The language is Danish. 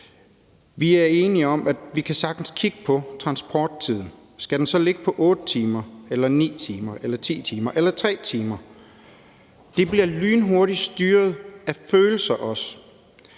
Vi er enige om, at vi sagtens kan kigge på transporttiden. Skal den så ligge på 8 timer, 9 timer, 10 timer eller 3 timer? Det bliver også lynhurtigt styret af følelser.